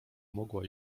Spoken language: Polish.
mogła